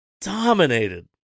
dominated